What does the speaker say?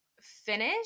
finish